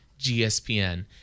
gspn